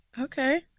Okay